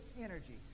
energy